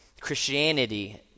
Christianity